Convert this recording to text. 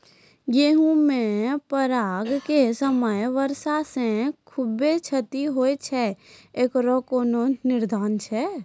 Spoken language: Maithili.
गेहूँ मे परागण के समय वर्षा से खुबे क्षति होय छैय इकरो कोनो निदान छै?